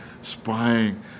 spying